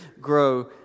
grow